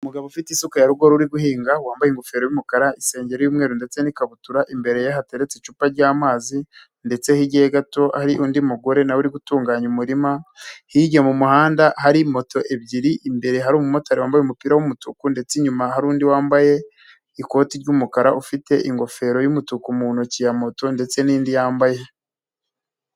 Umugabo ufite isuka ya rugo uri guhinga wambaye ingofero y'umukara isengeri yumweru ndetse n'ikabutura imbere ye hateretse icupa ry'amazi ndetse hirya ye gato hari undi mugore nawe uri gutunganya umurima, hirya mu muhanda hari moto ebyiri imbere hari umumotari wambaye umupira w'umutuku ndetse inyuma hari undi wambaye ikoti ry'umukara ufite ingofero y'umutuku mu ntoki ya moto ndetse n'indi yambaye.